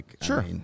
Sure